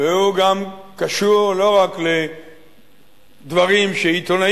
והוא גם קשור לא רק לדברים שעיתונאים